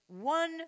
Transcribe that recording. one